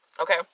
Okay